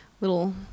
little